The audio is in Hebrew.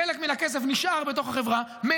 חלק מן הכסף נשאר בתוך החברה.